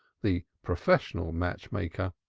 the professional match-maker.